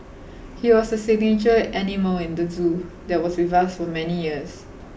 he was a signature animal in the zoo that was with us for many years